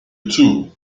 two